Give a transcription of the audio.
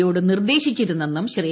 യോട് നിർദ്ദേശിച്ചിരുന്നെന്നും ശ്രീ